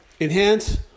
enhance